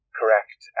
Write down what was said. correct